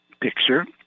picture